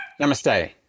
Namaste